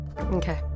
Okay